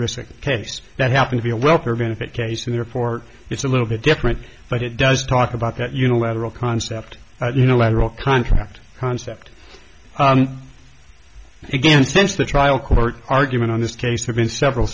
receive case that happen to be a welfare benefit case in the report it's a little bit different but it does talk about that unilateral concept in a lateral contract concept again since the trial court argument on this case have been several